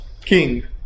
King